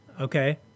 okay